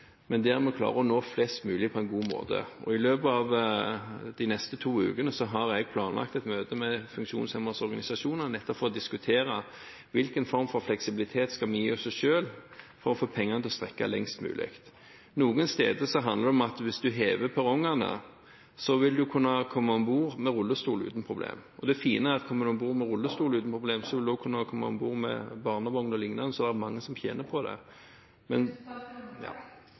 der vi klarer å nå flest mulig på en god måte. I løpet av de neste to ukene har jeg et planlagt møte med de funksjonshemmedes organisasjoner, nettopp for å diskutere hvilken form for fleksibilitet vi skal gi oss selv, for å få pengene til å strekke lengst mulig. Noen steder handler det om at hvis en hever perrongene, vil en kunne komme om bord med rullestol uten problem. Det fine er at hvis en kommer om bord med rullestol uten problem, vil en også kunne komme om bord med barnevogn o.l. Så det er mange som tjener på det.